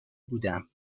بودم